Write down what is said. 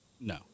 No